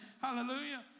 Hallelujah